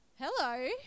hello